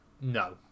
no